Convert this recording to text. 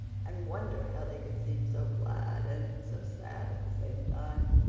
and wonder how they could seem so glad and so sad at the same time.